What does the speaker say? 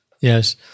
yes